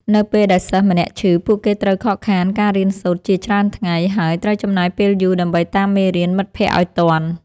នៅពេលដែលសិស្សម្នាក់ឈឺ ពួកគេត្រូវខកខានការរៀនសូត្រជាច្រើនថ្ងៃ ហើយ ត្រូវចំណាយពេលយូរដើម្បីតាមមេរៀនមិត្តភក្តិឱ្យទាន់។